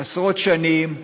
עשרות שנים,